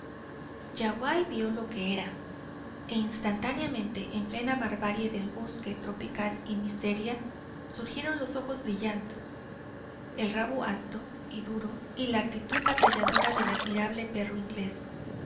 lados yaguaí vió lo que era e instantáneamente en plena barbarie de bosque tropical y miseria surgieron los ojos brillantes el rabo alto y duro y la actitud batalladora del admirable perro inglés